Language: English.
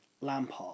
Lampard